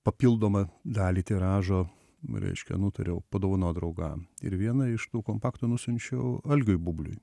papildomą dalį tiražo reiškia nutariau padovanot draugam ir vieną iš tų kompaktų nusiunčiau algiui bubliui